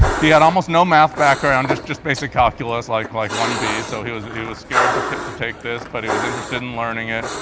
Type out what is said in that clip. he had almost no math background, just just basic calculus like like one b, so he was he was scared to take to take this, but he was interested in learning it.